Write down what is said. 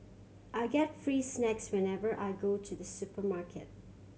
I get free snacks whenever I go to the supermarket